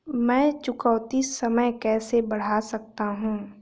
मैं चुकौती समय कैसे बढ़ा सकता हूं?